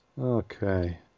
Okay